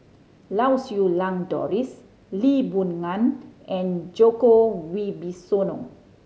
Lau Siew Lang Doris Lee Boon Ngan and Djoko Wibisono